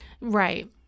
Right